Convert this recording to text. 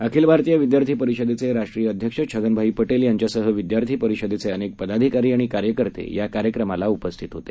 अखिल भारतीय विद्यार्थी परिषदेचे राष्ट्रीय अध्यक्ष छगन भाई पोळे यांच्यासह विद्यार्थी परिषदेचे अनेक पदाधिकारी आणि कार्यकर्ते या कार्यक्रमाला उपस्थित होते